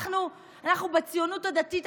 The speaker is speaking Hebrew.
אנחנו בציונות הדתית,